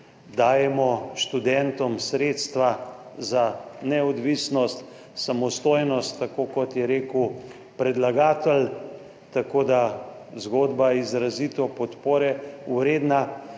dajemo študentom sredstva za neodvisnost, samostojnost, tako kot je rekel predlagatelj. Zgodba je izrazito podpore vredna.